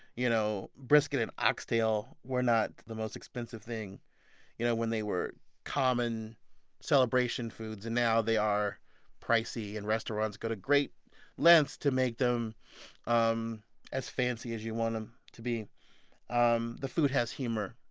you know brisket and oxtail were not the most expensive thing you know when they were common celebration foods, and now they are pricey, and restaurants go to great lengths to make them um as fancy as you want them to be um the food has humor.